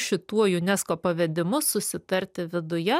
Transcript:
šituo unesco pavedimu susitarti viduje